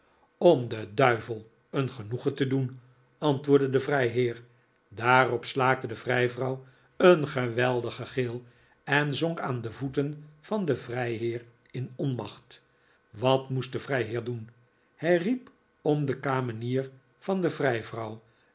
om den duivel een genoegen te doen antwoordde de vrijheer daarop slaakte de vrijvrouw een geweldigen gil en zonk aan de voeten van den vrijheer in onmacht wat moest de vrijheer doen hij riep om de kamenier van de